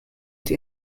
the